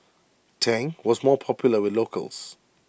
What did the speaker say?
Tang was more popular with locals